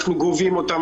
אנחנו גובים אותם,